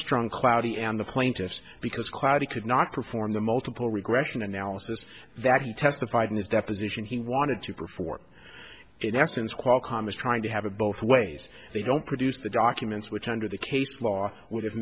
hamstrung cloudy and the plaintiffs because cloudy could not perform the multiple regression analysis that he testified in his deposition he wanted to perform in essence qualcomm is trying to have it both ways they don't produce the documents which under the case law would have